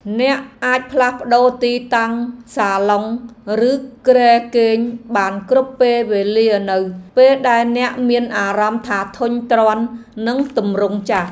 អ្នកអាចផ្លាស់ប្ដូរទីតាំងសាឡុងឬគ្រែគេងបានគ្រប់ពេលវេលានៅពេលដែលអ្នកមានអារម្មណ៍ថាធុញទ្រាន់នឹងទម្រង់ចាស់។